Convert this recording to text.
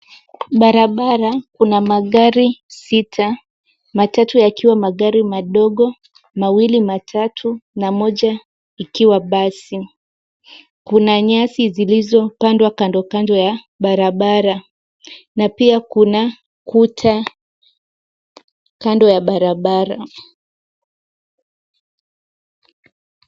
Barabara kuna magari sita, matatu yakiwa magari madogo mawili matatu na moja ikiwa basi. Kuna nyasi zilizopandwa kando kando ya barabara na pia kuna kuta kando ya barabara.